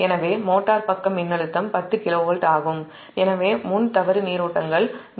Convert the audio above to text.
எனவே மோட்டார் பக்க மின்னழுத்தம் 10 KV ஆகும் எனவே முன் தவறு நீரோட்டங்கள் புறக்கணிக்கப்பட்டது